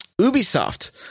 Ubisoft